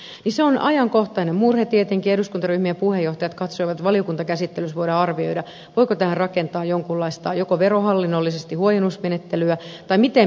se on ajankohtainen murhe tietenkin ja eduskuntaryhmien puheenjohtajat katsoivat että valiokuntakäsittelyssä voidaan arvioida voiko tähän rakentaa verohallinnollisesti jonkunlaista huojennusmenettelyä vai miten mennään